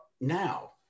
now